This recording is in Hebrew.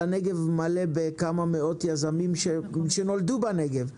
הנגב מלא בכמה מאות יזמים שנולדו בנגב,